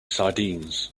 sardines